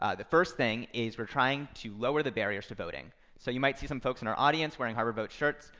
ah the first thing is we're trying to lower the barriers to voting. so you might see some folks in our audience wearing harvard votes shirts.